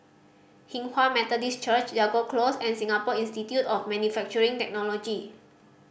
Hinghwa Methodist Church Jago Close and Singapore Institute of Manufacturing Technology